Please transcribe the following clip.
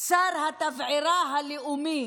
שר התבערה הלאומי